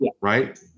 right